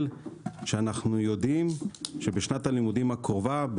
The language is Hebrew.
שאנחנו יודעים שבשנת הלימודים הקרובה,